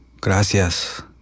gracias